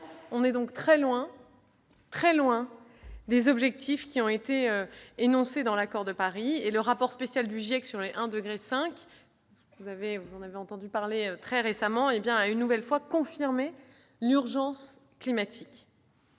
sommes donc très loin des objectifs qui ont été retenus dans l'accord de Paris. Le rapport spécial du GIEC sur le 1,5 degré, dont vous avez entendu parler très récemment, a une nouvelle fois confirmé l'urgence climatique.